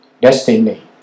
destiny